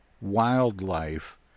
wildlife